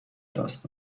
دست